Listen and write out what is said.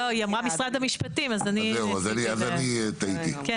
לימור סון הר מלך (עוצמה יהודית): לא,